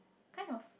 kind of